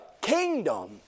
kingdom